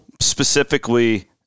specifically